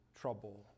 trouble